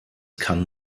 kann